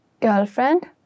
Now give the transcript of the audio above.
girlfriend